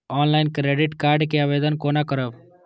Online credit card के आवेदन कोना करब?